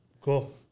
cool